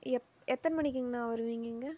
எப் எத்தனை மணிக்குங்கண்ணா வருவிங்க இங்கே